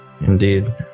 Indeed